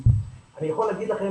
אני יכול להגיד לכם